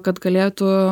kad galėtų